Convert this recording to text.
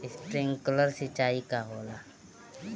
Sprinkler सिंचाई का होला?